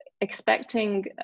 expecting